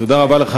תלחץ,